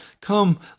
Come